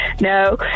no